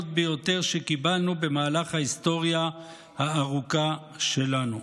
ביותר שקיבלנו במהלך ההיסטוריה הארוכה שלנו.